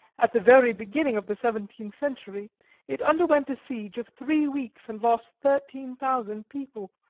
at the very beginning of the seventeenth century it underwent a siege of three weeks and lost thirteen thousand people,